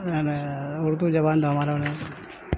یعنی اردو زبان تو ہمارا